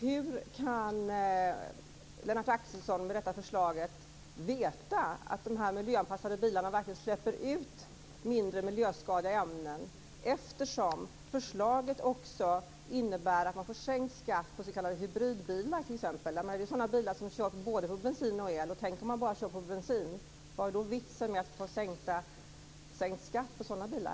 Hur kan Lennart Axelsson med detta förslag veta att dessa miljöanpassade bilar verkligen släpper ut en mindre mängd miljöskadliga ämnen eftersom förslaget också innebär att det blir sänkt skatt på s.k. hybridbilar? Det är sådana bilar som kör på både bensin och el. Tänk om de körs bara på bensin. Vad är då vitsen med sänkt skatt på sådana bilar?